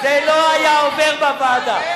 זה לא היה עובר בוועדה.